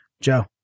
Joe